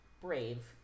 brave